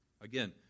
Again